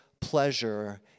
pleasure